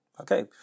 Okay